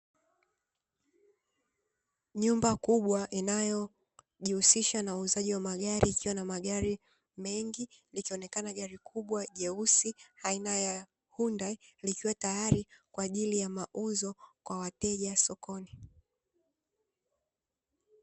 Nyumba kubwa inayojihusisha na uuzaji wa magari ikiwa na magari mengi, likionekana gari kubwa jeusi aina ya Hyundai likiwa tayari kwa ajili ya mauzo kwa wateja sokoni.